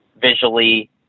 visually